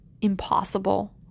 impossible